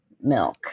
milk